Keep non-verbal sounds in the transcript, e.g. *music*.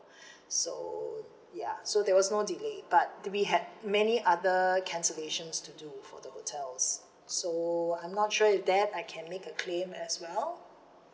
*breath* so ya so there was no delay but we had many other cancellations to do for the hotels so I'm not sure with that I can make a claim as well